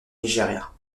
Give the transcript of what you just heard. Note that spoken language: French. nigeria